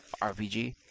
RPG